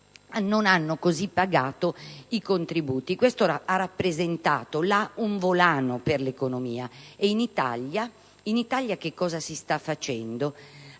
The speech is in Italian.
non hanno così pagato i contributi; questo ha rappresentato un volano per l'economia. In Italia cosa si sta facendo?